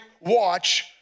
watch